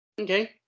Okay